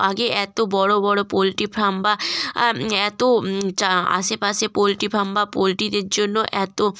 আগে এত বড়ো বড়ো পোল্ট্রি ফার্ম বা আ এত চা আশেপাশে পোল্ট্রি ফার্ম বা পোল্ট্রিদের জন্য এত